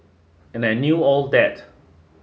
and I knew all that